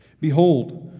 Behold